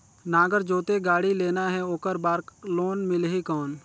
नागर जोते गाड़ी लेना हे ओकर बार लोन मिलही कौन?